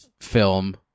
film